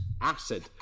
acid